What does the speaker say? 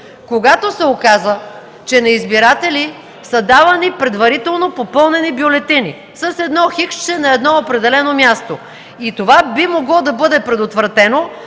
Тогава се оказа, че на избиратели са се давали предварително попълнени бюлетини с едно хиксче на определено място. Това би могло да бъде предотвратено,